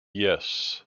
yes